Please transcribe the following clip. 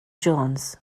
jones